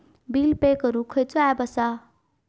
Bill pay करूक खैचो app असा?